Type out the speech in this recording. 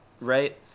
right